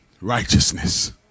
Righteousness